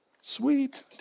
Sweet